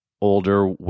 Older